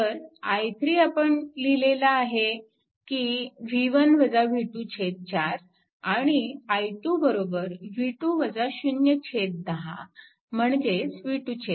तर i3 आपण लिहिला आहे की 4 आणि i4 10 म्हणजेच v2 10